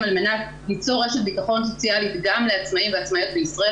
על מנת ליצור רשת ביטחון סוציאלית גם לעצמאים ועצמאיות בישראל.